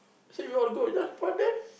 see we all go just fun there